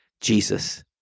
Jesus